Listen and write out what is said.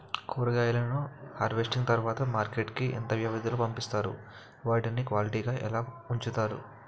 కూరగాయలను హార్వెస్టింగ్ తర్వాత మార్కెట్ కి ఇంత వ్యవది లొ పంపిస్తారు? వాటిని క్వాలిటీ గా ఎలా వుంచుతారు?